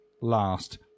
last